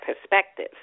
perspective